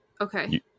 Okay